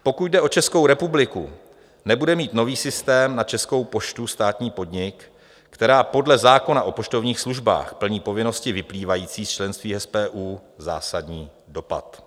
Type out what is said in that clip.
Pokud jde o Českou republiku, nebude mít nový systém na Českou poštu, státní podnik, která podle zákona o poštovních službách plní povinnosti vyplývající z členství v SPU, zásadní dopad.